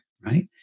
right